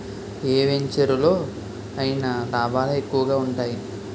ఏ వెంచెరులో అయినా లాభాలే ఎక్కువగా ఉంటాయి